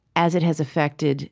as it has affected